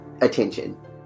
attention